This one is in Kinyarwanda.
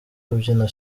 kubyina